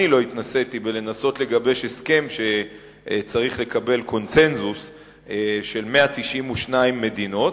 אני לא התנסיתי בלנסות לגבש הסכם שצריך להתקבל בקונסנזוס של 192 מדינות.